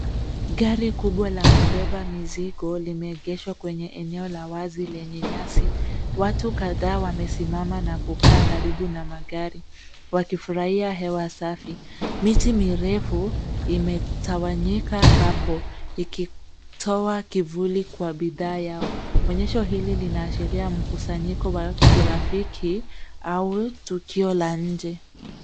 Gari kubwa la kubeba mizigo limeegeshwa kwenye eneo la wazi lenye nyasi. Watu kadhaa wamesimama na kukaa karibu na magari wakifurahia hewa safi. Miti mirefu imetawanyika hapo ikitoa kivuli kwa bidhaa yao. Mwonyeshu huu linaashiria mkusanyiko wa kirafiki au tukio la nje.